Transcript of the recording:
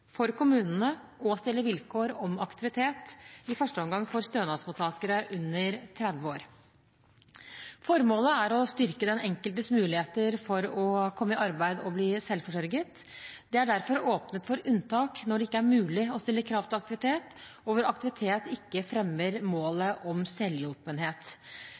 for kommunene til å stille vilkår om aktivitet i første omgang for stønadsmottakere under 30 år. Formålet er å styrke den enkeltes muligheter for å komme i arbeid og bli selvforsørget. Det er derfor åpnet for unntak når det ikke er mulig å stille krav til aktivitet, og hvor aktivitet ikke fremmer målet om selvhjulpenhet.